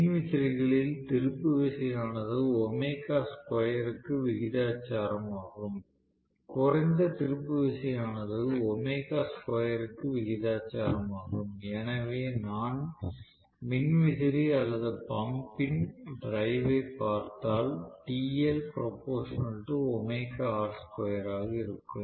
மின் விசிறிகளில் திருப்பு விசை ஆனது ஒமேகா ஸ்கொயர் க்கு விகிதாசாரமாகும் குறைந்த திருப்பு விசை ஆனது ஒமேகா ஸ்கொயர் க்கு விகிதாசாரமாகும் எனவே நான் மின் விசிறி அல்லது பம்ப் ன் டிரைவ் ஐப் பார்த்தால் ஆக இருக்கும்